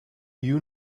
you